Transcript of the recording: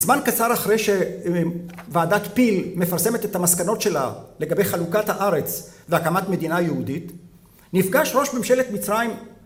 זמן קצר אחרי שוועדת פיל מפרסמת את המסקנות שלה לגבי חלוקת הארץ והקמת מדינה יהודית, נפגש ראש ממשלת מצרים